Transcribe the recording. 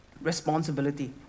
responsibility